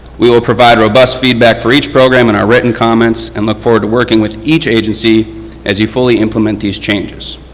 we will provide robust feedback for each program in our written comments and look forward to working with each agency as he fully lament these changes.